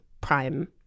prime